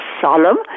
solemn